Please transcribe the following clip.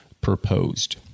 proposed